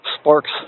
sparks